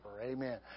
Amen